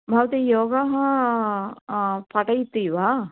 भवती योगः पाठयति वा